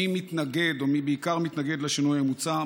מי מתנגד, או מי בעיקר מתנגד, לשינוי המוצע?